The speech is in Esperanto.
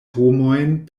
homojn